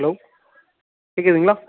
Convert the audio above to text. hello கேட்குதுங்களா